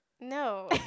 no